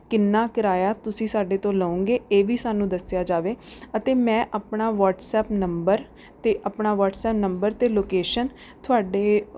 ਕਿੰਨਾ ਕਿਰਾਇਆ ਤੁਸੀਂ ਸਾਡੇ ਤੋਂ ਲਓਗੇ ਇਹ ਵੀ ਸਾਨੂੰ ਦੱਸਿਆ ਜਾਵੇ ਅਤੇ ਮੈਂ ਆਪਣਾ ਵਟਸਐਪ ਨੰਬਰ ਤੇ ਆਪਣਾ ਵਟਸਐਪ ਨੰਬਰ ਅਤੇ ਲੋਕੇਸ਼ਨ ਤੁਹਾਡੇ